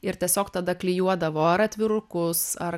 ir tiesiog tada klijuodavo ar atvirukus ar